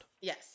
Yes